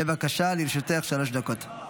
בבקשה, לרשותך שלוש דקות.